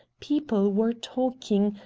people were talking,